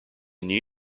new